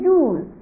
use